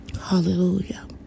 Hallelujah